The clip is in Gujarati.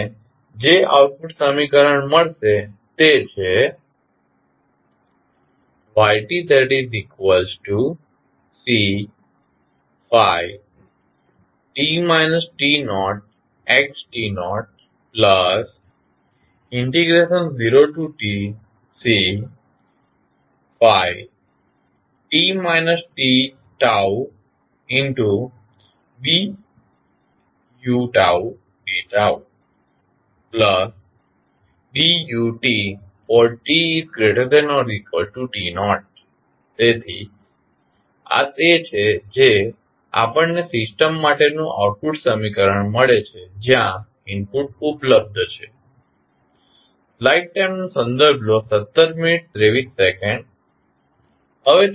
તમને જે આઉટપુટ મળશે તે છે yCφt t0xt00tCφt τBudτDutt≥t0 તેથી આ તે છે જે આપણને સિસ્ટમ માટેનું આઉટપુટ સમીકરણ મળે છે જ્યા ઇનપુટ ઉપલબ્ધ છે